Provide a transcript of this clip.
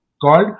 called